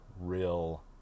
real